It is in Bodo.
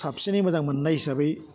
साबसिनै मोजां मोन्नाय हिसाबै